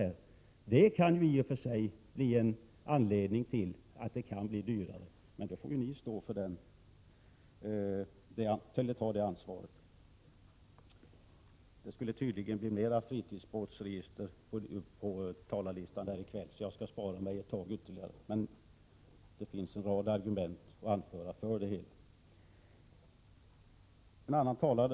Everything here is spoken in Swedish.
Just det sista kan bli en anledning till att det blir dyrare, men då får ni ta ansvaret. Det skall tydligen bli mera tal om fritidsbåtar längre fram på talarlistan, så jag skall spara några argument. Det finns en del ytterligare att anföra.